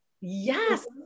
Yes